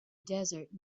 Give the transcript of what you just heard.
desert